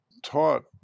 taught